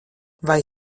vai